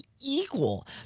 equal